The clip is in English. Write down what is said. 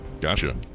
Gotcha